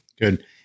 Good